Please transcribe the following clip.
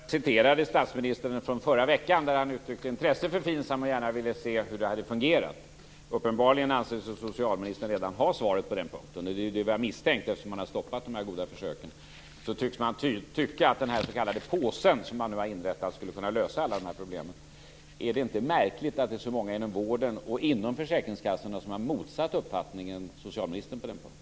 Fru talman! Jag citerade statsministern från förra veckan där han uttryckte intresse för FINSAM och gärna ville se hur det hade fungerat. Uppenbarligen anser sig socialministern redan ha svaret på den punkten. Det var det jag misstänkte eftersom hon har stoppat de goda försöken. Man tycks tycka att påsen skall lösa alla problemen. Är det inte märkligt att så många inom vården och försäkringskassan har motsatt uppfattning än socialministern på den punkten?